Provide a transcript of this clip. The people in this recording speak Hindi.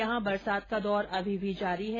यहां बरसात का दौर अभी भी जारी है